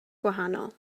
gwahanol